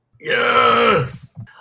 Yes